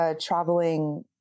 traveling